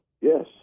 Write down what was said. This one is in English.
yes